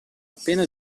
appena